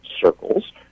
circles